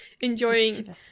enjoying